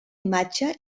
imatge